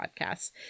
podcasts